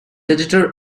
editor